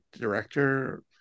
director